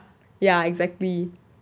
ya exactly